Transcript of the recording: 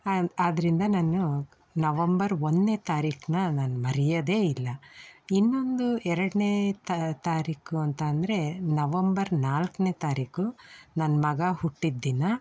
ಆದ್ದರಿಂದ ನಾನು ನವಂಬರ್ ಒಂದನೇ ತಾರೀಕನ್ನ ನಾನು ಮರ್ಯೋದೇ ಇಲ್ಲ ಇನ್ನೊಂದು ಎರಡನೇ ತಾರೀಕು ಅಂತ ಅಂದರೆ ನವಂಬರ್ ನಾಲ್ಕನೇ ತಾರೀಕು ನನ್ನ ಮಗ ಹುಟ್ಟಿದ ದಿನ